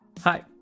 Hi